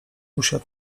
usiadł